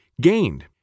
gained